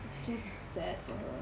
it's just sad for her